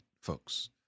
folks